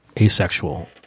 asexual